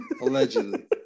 Allegedly